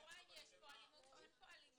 אני רואה אם יש אלימות או אין.